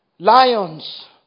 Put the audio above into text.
Lions